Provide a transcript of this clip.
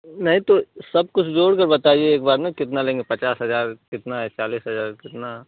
नहीं तो सब कुछ जोड़ के बताइए एकबार न कितना लेंगे पचास हजार कितना इकतालीस हजार कितना